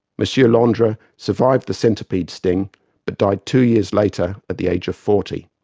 monsieur l'andre survived the centipede sting but died two years later at the age of forty,